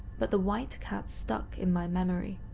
but the white cat stuck in my memory.